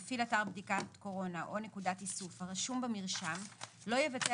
14. מפעיל אתר בדיקת קורונה או נקודת איסוף הרשום במרשם לא יבצע